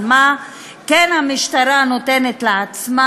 על מה כן המשטרה נותנת לעצמה,